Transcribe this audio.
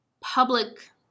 public